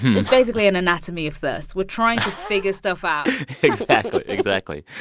it's basically an anatomy of thirst. we're trying to figure stuff out exactly. exactly.